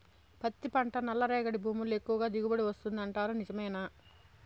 పత్తి పంట నల్లరేగడి భూముల్లో ఎక్కువగా దిగుబడి వస్తుంది అంటారు నిజమేనా